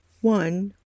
one